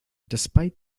despite